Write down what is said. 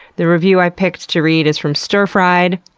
the review i picked to read is from stirfried.